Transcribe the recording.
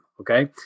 Okay